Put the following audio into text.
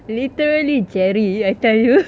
literally jerry I tell you